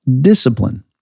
discipline